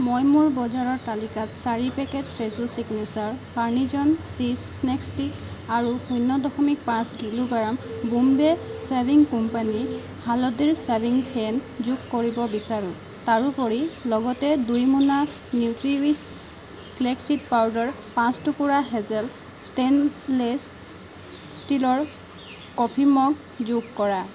মই মোৰ বজাৰৰ তালিকাত চাৰি পেকেট ফ্ৰেজো চিগনেচাৰ ফাৰ্নিজন চীজ স্নেক ষ্টিক আৰু শূন্য দশমিক পাঁচ কিলোগ্ৰাম বুম্বে ছেভিং কোম্পানী হালধিৰ ছেভিং ফেন যোগ কৰিব বিচাৰোঁ তাৰোপৰি লগতে দুই মোনা নিউট্ৰিৱিছ ফ্লেক্স চিড পাউডাৰ পাঁচ টুকুৰা হেজেল ষ্টেইনলেছ ষ্টীলৰ কফি মগ যোগ কৰা